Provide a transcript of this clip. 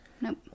Nope